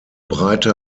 breite